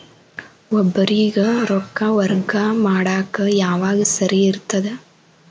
ಒಬ್ಬರಿಗ ರೊಕ್ಕ ವರ್ಗಾ ಮಾಡಾಕ್ ಯಾವಾಗ ಸರಿ ಇರ್ತದ್?